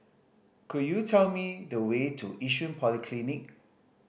could you tell me the way to Yishun Polyclinic